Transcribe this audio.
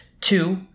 Two